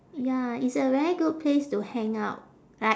ya it's a very good place to hang out like